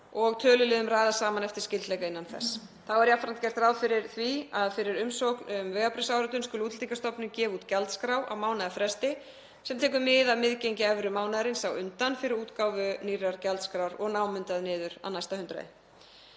og töluliðum raðað saman eftir skyldleika innan þess. Þá er jafnframt gert ráð fyrir því að fyrir umsókn um vegabréfsáritun skuli Útlendingastofnun gefa út gjaldskrá á mánaðarfresti er taki mið af miðgengi evru mánaðarins á undan fyrir útgáfu nýrrar gjaldskrár og námundað niður að næsta hundraði.